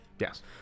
Yes